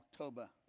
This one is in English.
October